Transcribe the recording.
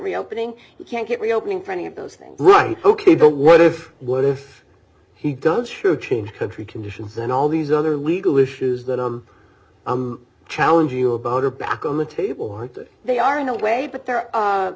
reopening you can't get reopening for any of those things right ok but what if what if he does should change country conditions and all these other legal issues that i challenge you about are back on the table or they are in a way but there